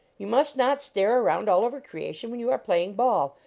you must not stare around all over creation when you are playing ball.